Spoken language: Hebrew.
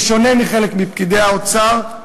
בשונה מחלק מפקידי האוצר,